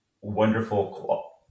wonderful